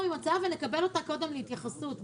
עם הצעה ונקבל אותה קודם להתייחסות.